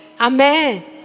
Amen